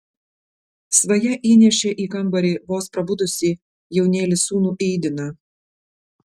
svaja įnešė į kambarį vos prabudusį jaunėlį sūnų eidiną